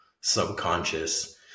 subconscious